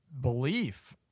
belief